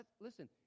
Listen